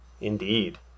Indeed